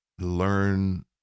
learn